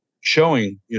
showing